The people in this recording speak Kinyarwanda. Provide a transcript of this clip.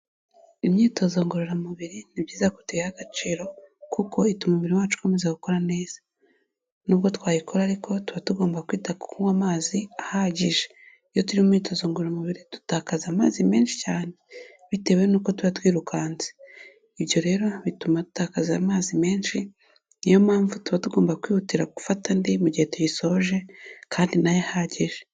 Imyitozo ngorora mubiri ni byiza ko tuyiha agaciro kuko ituma umubiri wacu ukomeza gukora neza, n'ubwo twayikora ariko tuba tugomba kwita kunywa amazi ahagije. Iyo turi mu myitozo ngororamubiri dutakaza amazi menshi cyane bitewe n'uko tuba twirukanse, ibyo rero bituma dutakaza amazi menshi niyo mpamvu tuba tugomba kwihutira gufata andi mu gihe tuyisoje kandi nayo ahagije.